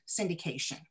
syndication